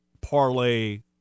Parlay